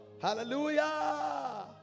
Hallelujah